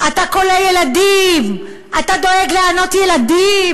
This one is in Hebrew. אתה כולא ילדים, אתה דואג לענות ילדים.